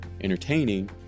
entertaining